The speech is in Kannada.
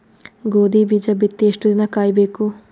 ಗೋಧಿ ಬೀಜ ಬಿತ್ತಿ ಎಷ್ಟು ದಿನ ಕಾಯಿಬೇಕು?